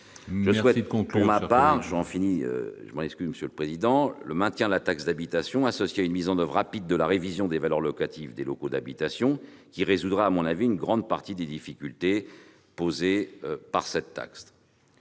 président. Pour ma part, je souhaite le maintien de la taxe d'habitation, associée à une mise en oeuvre rapide de la révision des valeurs locatives des locaux d'habitation, qui résoudrait à mon avis une grande partie des difficultés posées par cette taxe.